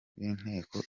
y’inteko